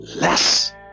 less